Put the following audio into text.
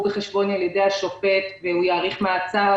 בחשבון על-ידי השופט והוא יאריך מעצר.